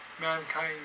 Mankind